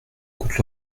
coûte